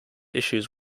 issues